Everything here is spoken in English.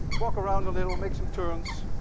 walk around a little, make some turns.